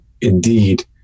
indeed